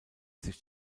sich